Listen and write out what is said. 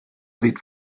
sieht